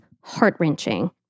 heart-wrenching